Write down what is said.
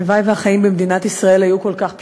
הלוואי שהחיים במדינת ישראל היו כל כך פשוטים.